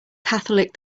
catholic